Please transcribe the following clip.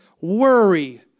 worry